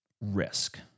risk